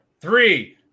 three